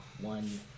one